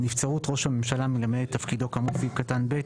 נבצרות ראש הממשלה מלמלא את תפקידו כאמור בסעיף קטן (ב),